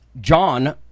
john